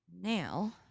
Now